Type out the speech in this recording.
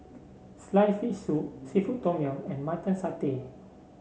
sliced fish soup seafood Tom Yum and Mutton Satay